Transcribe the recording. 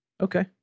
Okay